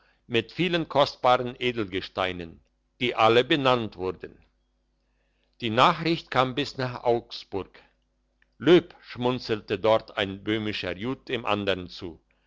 mit vielen kostbaren edelgesteinen die alle benannt wurden die nachricht kam bis nach augsburg löb schmunzelte dort ein böhmischer jud dem andern zu